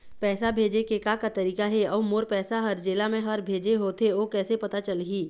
पैसा भेजे के का का तरीका हे अऊ मोर पैसा हर जेला मैं हर भेजे होथे ओ कैसे पता चलही?